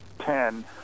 ten